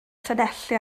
llanelli